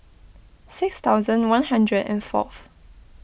six thousand one hundred and fourth